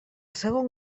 segon